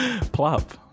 Plop